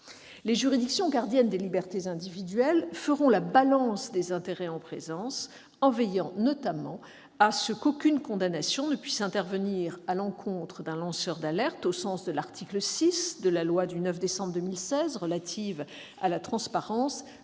Les juridictions gardiennes des libertés individuelles feront la balance des intérêts en présence en veillant notamment à ce qu'aucune condamnation ne puisse intervenir à l'encontre d'un lanceur d'alerte au sens de l'article 6 de la loi du 9 décembre 2016 relative à la transparence,